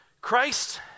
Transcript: Christ